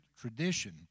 tradition